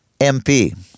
MP